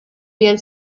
día